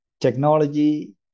technology